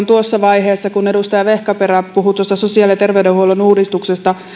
tuossa vaiheessa kun edustaja vehkaperä puhui tuosta sosiaali ja terveydenhuollon uudistuksesta